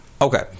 Okay